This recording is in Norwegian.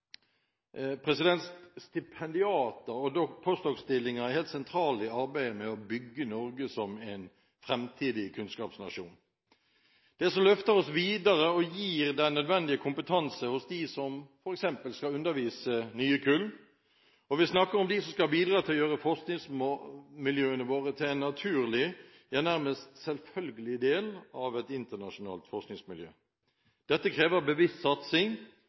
postdokstillinger er helt sentralt i arbeidet med å bygge Norge som en framtidig kunnskapsnasjon og det som løfter oss videre og gir den nødvendige kompetanse hos dem som f.eks. skal undervise nye kull – og vi snakker om dem som skal bidra til å gjøre forskningsmiljøene våre til en naturlig, ja nærmest selvfølgelig, del av et internasjonalt forskningsmiljø. Dette krever bevisst satsing,